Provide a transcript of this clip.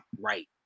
right